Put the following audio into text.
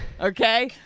Okay